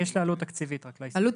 לכל סעיף תקציבי חייב להיות מקור